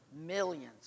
millions